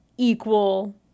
equal